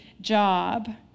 job